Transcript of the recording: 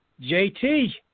JT